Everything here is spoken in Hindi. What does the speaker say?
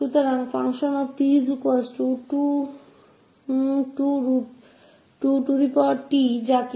तो f2𝑡 को लिखा जा सकता जय 𝑒ln2t